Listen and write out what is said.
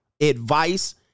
advice